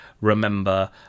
remember